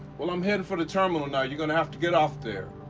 well, i'm headed for the terminal now. you're going to have to get off there.